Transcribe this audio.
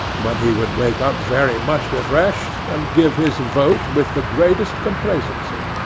when he would wake up very much refreshed, and give his vote with the greatest complacency.